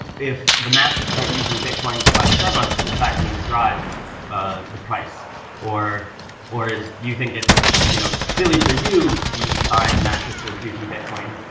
if the masses start using bitcoin to buy starbucks, is that going to drive the price or or you think it's you know silly for you to be buying mattresses using bitcoin,